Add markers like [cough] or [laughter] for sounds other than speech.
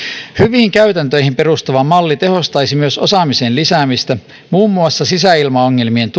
hyviin käytäntöihin perustuva malli tehostaisi myös osaamisen lisäämistä muun muassa sisäilmaongelmien [unintelligible]